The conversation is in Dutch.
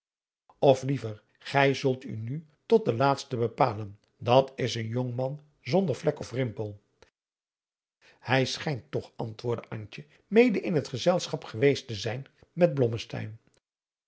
of liever gij zult u nu tot den laatsten bepalen dat is een jongman zonder vlek of rimpel hij schijnt toch antwoordde antje mede in het gezelschap geweest te zijn met